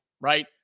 right